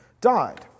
died